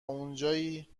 اونجایی